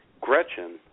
Gretchen